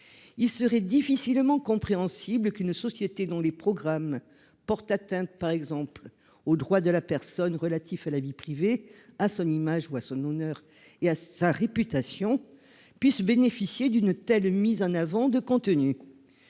Il serait difficilement compréhensible qu'une société dont les programmes portent atteinte, par exemple, aux droits de la personne relatifs à la vie privée, à son image ou à son honneur, et à sa réputation, puisse bénéficier d'une telle mise en avant. C'est